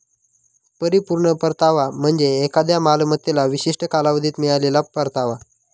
परिपूर्ण परतावा म्हणजे एखाद्या मालमत्तेला विशिष्ट कालावधीत मिळालेला परतावा